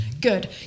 good